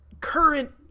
current